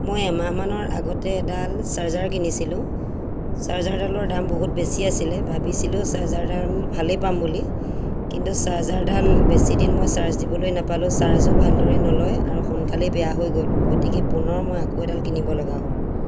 মই এমাহ মানৰ আগতে এডাল চাৰ্জাৰ কিনিছিলোঁ চাৰ্জাৰডালৰ দাম বহুত বেছি আছিলে ভাবিছিলোঁ চাৰ্জাৰডাল ভালেই পাম বুলি কিন্তু চাৰ্জাৰডাল বেছি দিন মই চাৰ্জ দিবলৈ নাপালোঁ চাৰ্জো ভালদৰে নলয় আৰু সোনকালেই বেয়া হৈ গ'ল গতিকে পুনৰ মই এডাল কিনিবলগা হ'ল